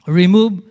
remove